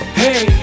hey